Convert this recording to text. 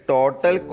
Total